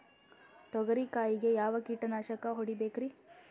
ತೊಗರಿ ಕಾಯಿಗೆ ಯಾವ ಕೀಟನಾಶಕ ಹೊಡಿಬೇಕರಿ?